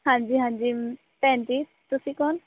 ਹਾਂਜੀ ਹਾਂਜੀ ਭੈਣ ਜੀ ਤੁਸੀਂ ਕੌਣ